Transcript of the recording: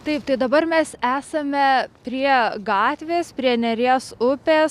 taip tai dabar mes esame prie gatvės prie neries upės